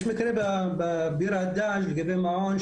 יש מקרה בביר הדאג' לגבי מעון,